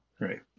right